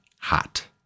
hot